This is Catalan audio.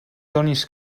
donis